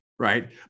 right